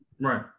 Right